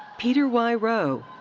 peter y. ro.